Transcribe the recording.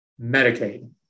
Medicaid